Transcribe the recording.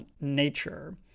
Nature